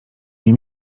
nie